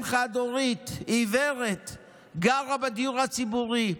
אם חד-הורית עיוורת שגרה בדיור הציבורי.